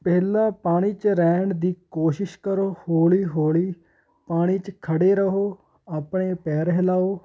ਪਹਿਲਾਂ ਪਾਣੀ 'ਚ ਰਹਿਣ ਦੀ ਕੋਸ਼ਿਸ਼ ਕਰੋ ਹੌਲੀ ਹੌਲੀ ਪਾਣੀ 'ਚ ਖੜ੍ਹੇ ਰਹੋ ਆਪਣੇ ਪੈਰ ਹਿਲਾਓ